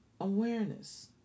awareness